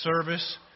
service